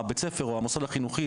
בית הספר או המוסד החינוכי,